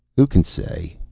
who can say?